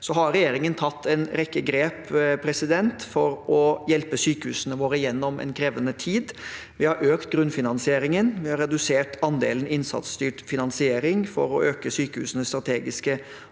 Regjeringen har tatt en rekke grep for å hjelpe sykehusene våre gjennom en krevende tid. Vi har økt grunnfinansieringen, vi har redusert andelen innsatsstyrt finansiering for å øke sykehusenes strategiske